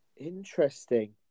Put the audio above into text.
Interesting